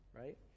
right